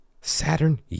Saturn